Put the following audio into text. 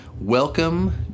welcome